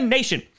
Nation